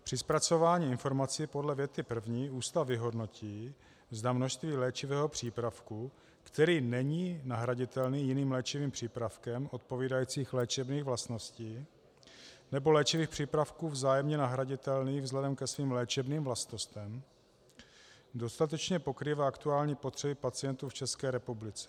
Při zpracování informací podle věty první ústav vyhodnotí, zda množství léčivého přípravku, který není nahraditelný jiným léčivým přípravkem odpovídajících léčebných vlastností, nebo léčivých přípravků vzájemně nahraditelných vzhledem ke svým léčebným vlastnostem, dostatečně pokrývá aktuální potřeby pacientů v České republice.